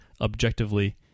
objectively